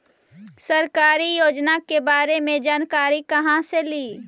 सरकारी योजना के बारे मे जानकारी कहा से ली?